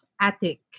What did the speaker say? Attic